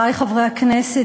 חברי חברי הכנסת,